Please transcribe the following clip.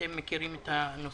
אתם מכירים את הנושא.